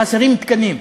חסרים תקנים.